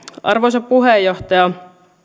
arvoisa puheenjohtaja